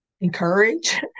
encourage